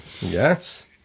Yes